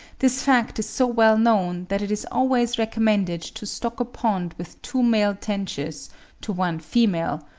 this fact is so well known, that it is always recommended to stock a pond with two male tenches to one female,